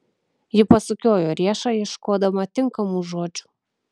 ji pasukiojo riešą ieškodama tinkamų žodžių